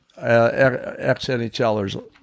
ex-NHLers